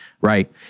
right